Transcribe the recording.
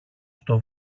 στο